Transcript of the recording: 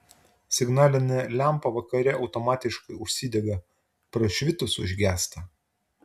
signalinė lempa vakare automatiškai užsidega prašvitus užgęsta